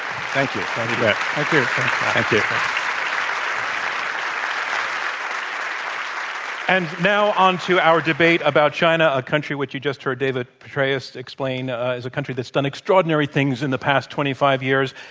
um and now, onto our debate about china a country which you just heard david petraeus explain is a country that's done extraordinary things in the past twenty five years.